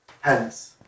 Hence